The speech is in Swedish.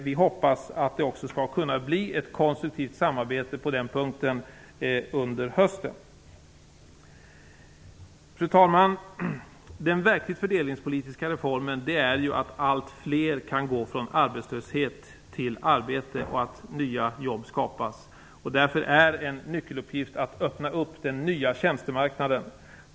Vi hoppas att det också skall kunna bli ett konstruktivt samarbete på den punkten under hösten. Fru talman! Den verkligt viktiga fördelningspolitiska reformen innebär att allt fler kan gå från arbetslöshet till arbete och att nya jobb skapas. Därför är en nyckeluppgift att öppna den nya tjänstemarknaden.